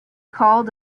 called